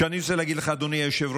אני רוצה להגיד לך משהו, אדוני היושב-ראש.